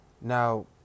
Now